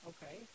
Okay